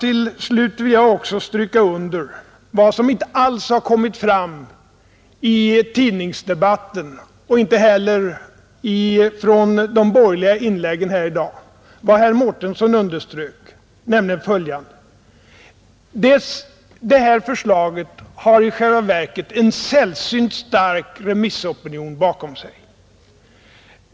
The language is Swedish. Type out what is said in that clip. Till slut vill jag också stryka under det som herr Mårtensson framhöll men som inte alls har kommit fram i tidningsdebatten och inte heller i de borgerliga inläggen här i dag, nämligen att detta förslag i själva verket har en sällsynt stark remissopinion bakom sig.